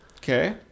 Okay